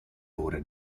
ore